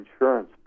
insurance